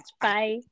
Bye